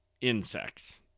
insects